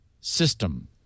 system